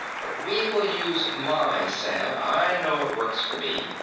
but we will use my salve, i know it works for me.